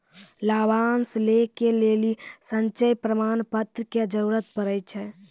लाभांश लै के लेली संचय प्रमाण पत्र के जरूरत पड़ै छै